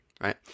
Right